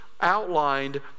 outlined